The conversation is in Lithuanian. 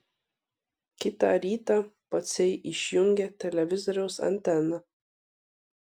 kitą rytą pociai išjungė televizoriaus anteną